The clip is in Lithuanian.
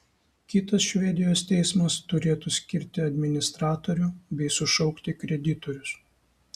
kitas švedijos teismas turėtų skirti administratorių bei sušaukti kreditorius